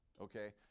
okay